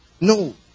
No